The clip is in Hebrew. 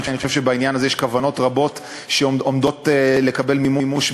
אני חושב שבעניין הזה יש כוונות רבות שעומדות לקבל מימוש,